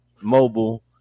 mobile